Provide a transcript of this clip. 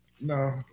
no